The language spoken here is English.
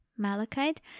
Malachite